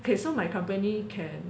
okay so my company can